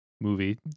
movie